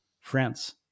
France